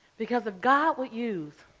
because if god would use